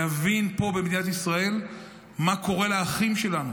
להבין פה במדינת ישראל מה קורה לאחים שלנו.